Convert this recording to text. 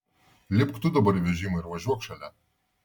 lipk tu dabar į vežimą ir važiuok šalia